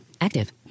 Active